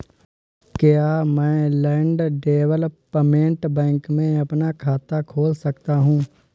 क्या मैं land development bank में अपना खाता खोल सकता हूँ?